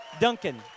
Duncan